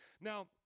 Now